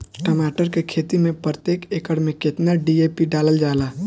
टमाटर के खेती मे प्रतेक एकड़ में केतना डी.ए.पी डालल जाला?